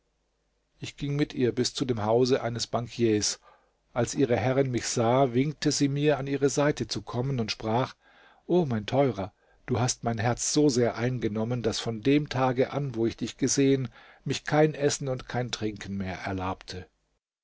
ich ging mit ihr bis zu dem hause eines bankiers als ihre herrin mich sah winkte sie mir an ihre seite zu kommen und sprach o mein teurer du hast mein herz so sehr eingenommen daß von dem tage an wo ich dich gesehen mich kein essen und kein trinken mehr erlabte